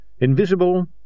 Invisible